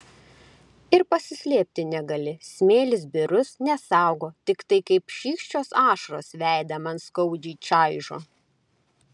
ir pasislėpti negali smėlis birus nesaugo tiktai kaip šykščios ašaros veidą man skaudžiai čaižo